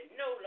no